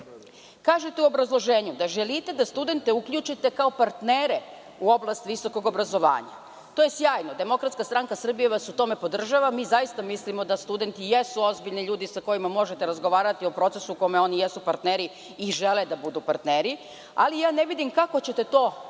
u obrazloženju da želite studente da uključite kao partnere u oblast visokog obrazovanja. To je sjajno. Demokratska stranka Srbije vas u tome podržava. Zaista mislimo da studenti jesu ozbiljni ljudi sa kojima možete razgovarati o procesu u kome oni jesu partneri i žele da budu partneri, ali ne vidim kako ćete to da